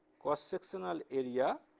cross-sectional area